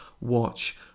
watch